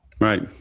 Right